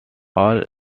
all